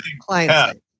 clients